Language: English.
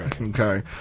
okay